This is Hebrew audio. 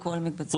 כל מקבצי הדיור.